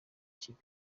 kibi